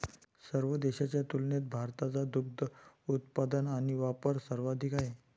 सर्व देशांच्या तुलनेत भारताचा दुग्ध उत्पादन आणि वापर सर्वाधिक आहे